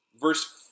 verse